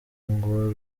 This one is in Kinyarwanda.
ngo